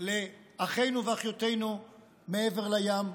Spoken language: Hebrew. לאחינו ואחיותינו מעבר לים,